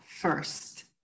first